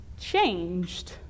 changed